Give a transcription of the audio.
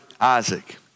Isaac